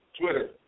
Twitter